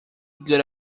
good